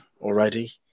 already